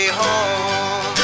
home